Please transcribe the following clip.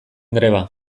greba